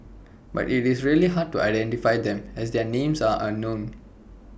but IT is really hard to identify them as their names are unknown